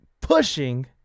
pushing